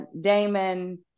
Damon